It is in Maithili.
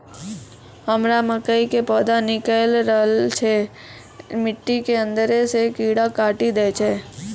हमरा मकई के पौधा निकैल रहल छै मिट्टी के अंदरे से कीड़ा काटी दै छै?